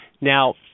Now